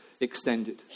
extended